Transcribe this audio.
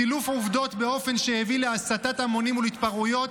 סילוף עובדות באופן שהביא להסתת המונים ולהתפרעויות,